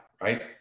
right